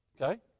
Okay